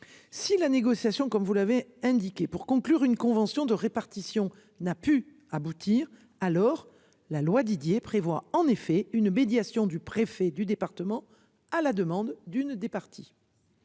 Si la négociation comme vous l'avez indiqué pour conclure une convention de répartition n'a pu aboutir. Alors la loi Didier prévoit en effet une médiation du préfet du département, à la demande d'une des parties.